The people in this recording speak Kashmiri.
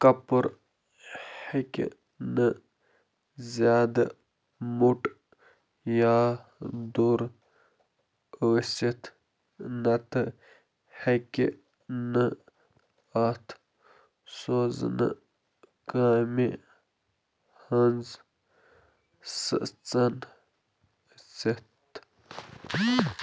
کپُر ہیٚکہِ نہٕ زیادٕ موٚٹ یا دوٚر ٲسِتھ نتہٕ ہیٚكہِ نہٕ اَتھ سوزنہٕ کامہِ ہٕنٛز سٕژَن ژٔتھ